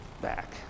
back